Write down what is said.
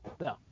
No